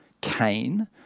Cain